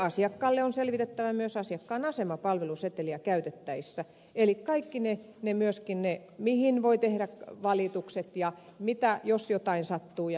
asiakkaalle on selvitettävä myös asiakkaan asema palveluseteliä käytettäessä eli myöskin se mihin voi tehdä valitukset ja mitä jos jotain sattuu ja niin edelleen